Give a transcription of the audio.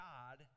God